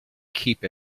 keep